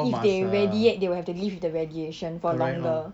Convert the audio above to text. if they radiate they will have to live with the radiation for longer